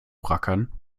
rackern